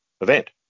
event